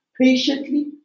patiently